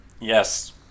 Yes